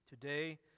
today